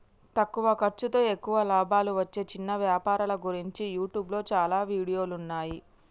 తక్కువ ఖర్సుతో ఎక్కువ లాభాలు వచ్చే చిన్న వ్యాపారాల గురించి యూట్యూబ్లో చాలా వీడియోలున్నయ్యి